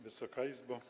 Wysoka Izbo!